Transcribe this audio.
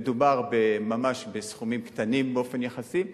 מדובר ממש בסכומים קטנים באופן יחסי,